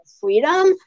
freedom